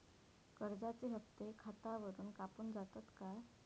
कर्जाचे हप्ते खातावरून कापून जातत काय?